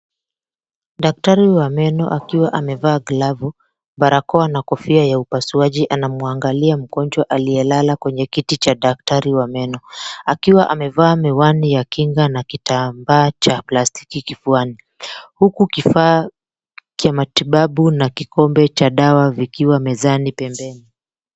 Daktari wa meno akiwa amevaa glavu, barakoa na kofia ya upasuaji anaangalia mgonjwa aliyelala kwenye kiti cha daktari wa meno, akiwa amevaa miwani ya kinga na kitambaa cha plastiki kifuani, huku kifaa cha matibabu na kikombe cha dawa vikiwa mezani pembeni.